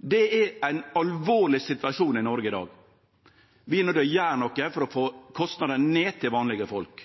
Det er ein alvorleg situasjon i Noreg i dag. Vi er nøydde til å gjere noko for å få kostnadene til vanlege folk